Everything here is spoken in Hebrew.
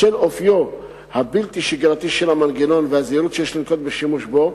בשל אופיו הבלתי-שגרתי של המנגנון והזהירות שיש לנקוט בשימוש בו,